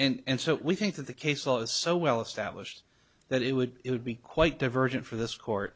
yes and so we think that the case law is so well established that it would it would be quite divergent for this court